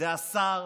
זה השר